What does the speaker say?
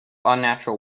unnatural